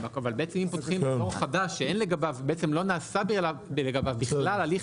אבל בעצם אם פותחים אזור חדש שלא נעשה לגביו בכלל הליך